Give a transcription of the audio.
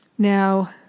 Now